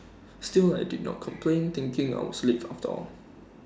still I did not complain thinking I was late after all